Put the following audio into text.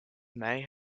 may